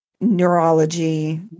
neurology